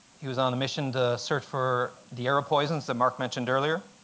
he was on a mission to search for the arrow poisons that mark mentioned earlier.